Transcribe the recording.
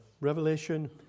Revelation